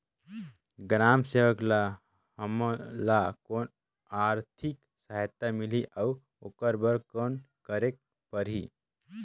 ग्राम सेवक ल हमला कौन आरथिक सहायता मिलही अउ ओकर बर कौन करे के परही?